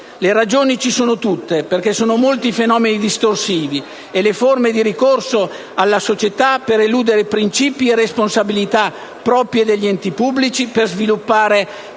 Le ragioni ci sono tutte perché sono molti i fenomeni distorsivi e le forme di ricorso alla società per eludere principi e responsabilità proprie dell'enti pubblici, per sviluppare